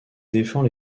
défend